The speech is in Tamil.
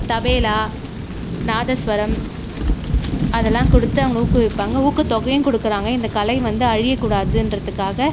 தபேலா நாதஸ்வரம் அதெல்லாம் கொடுத்து அவங்கள ஊக்குவிப்பாங்க ஊக்குத்தொகையும் கொடுக்குறாங்க இந்த கலை வந்து அழியக்கூடாதுன்றதுக்காக